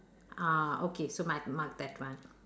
ah okay so my my bad one